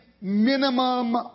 minimum